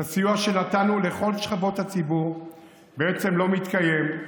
הסיוע שנתנו לכל שכבות הציבור בעצם לא מתקיים.